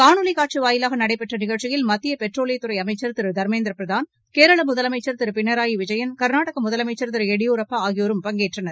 காணொலி ஊட்சி வாயிலாக நடைபெற்ற நிகழ்ச்சியில் மத்திய பெட்ரோலியத்துறை அமச்சா் திரு தர்மேந்திர பிரதான் கேரள முதலமைச்ச் திரு பினராயி விஜயன் கள்நாடக முதலமைச்ச் திரு எடியூரப்பா ஆகியோரும் பங்கேற்றனர்